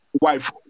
wife